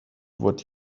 what